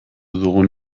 dugun